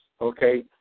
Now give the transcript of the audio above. okay